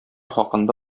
хакында